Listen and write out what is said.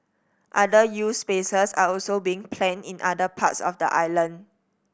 other youth spaces are also being planned in other parts of the island